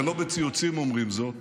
ולא בציוצים אומרים זאת,